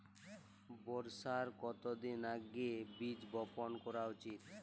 বর্ষার কতদিন আগে বীজ বপন করা উচিৎ?